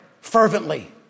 fervently